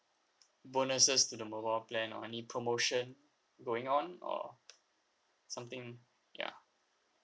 bonuses to the mobile plan or any promotion going on or something ya